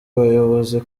bayobozi